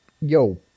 yo